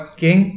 king